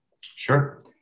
Sure